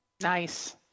Nice